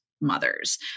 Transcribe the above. mothers